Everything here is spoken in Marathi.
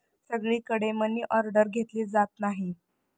सगळीकडे मनीऑर्डर घेतली जात नाही